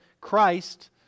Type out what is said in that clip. Christ